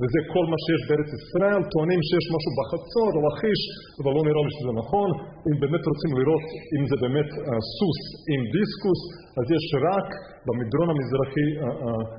וזה כל מה שיש בארץ ישראל, טוענים שיש משהו בחצור, לכיש, אבל לא נראו שזה נכון אם באמת רוצים לראות אם זה באמת סוס עם דיסקוס, אז יש רק במדרון המזרחי